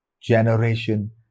generation